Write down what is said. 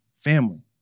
family